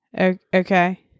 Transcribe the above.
Okay